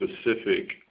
specific